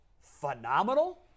phenomenal